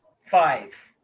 five